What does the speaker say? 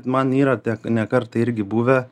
man yra te ne kartą irgi buvę